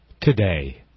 today